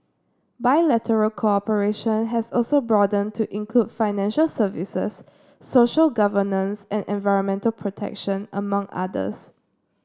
bilateral cooperation has also broadened to include financial services social governance and environmental protection among others